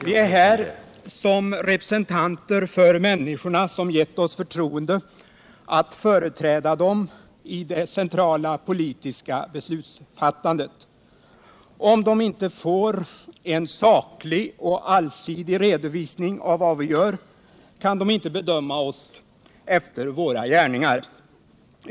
Vi är här som representanter för människorna som gett oss förtroende att företräda dem i det centrala politiska beslutsfattandet. Om de inte får en saklig och allsidig redovisning av vad vi gör kan de inte bedöma oss efter våra gärningar.